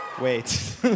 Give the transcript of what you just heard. Wait